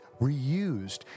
reused